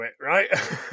right